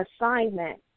assignment